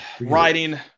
riding